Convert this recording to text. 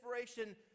inspiration